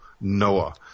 Noah